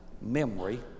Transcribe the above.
memory